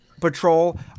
patrol